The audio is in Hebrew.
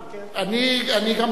אני גם חושב,